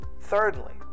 Thirdly